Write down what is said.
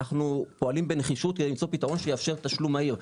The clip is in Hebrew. אנחנו פועלים בנחישות כדי למצוא פתרון שיאפשר תשלום מהיר,